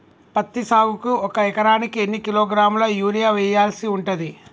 పత్తి సాగుకు ఒక ఎకరానికి ఎన్ని కిలోగ్రాముల యూరియా వెయ్యాల్సి ఉంటది?